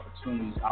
opportunities